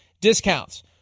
discounts